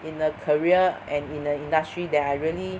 in a career and in the industry that I really